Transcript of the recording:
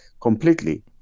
completely